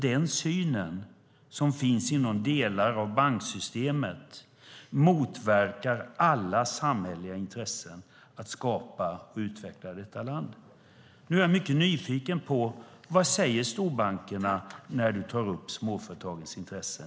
Den syn som finns inom delar av banksystemet motverkar alla samhälleliga intressen att skapa och utveckla detta land. Jag är mycket nyfiken på vad storbankerna säger när statsrådet tar upp småföretagens intressen.